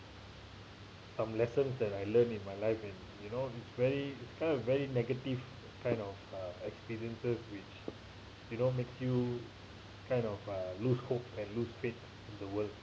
some lesson that I learned in my life and you know it's very kind of very negative kind of uh experiences which you know makes you kind of uh lose hope and lose faith in the world